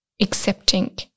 accepting